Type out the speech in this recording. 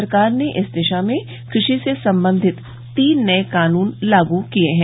सरकार ने इस दिशा में कृषि से संबंधित तीन नए कानून लागू किए हैं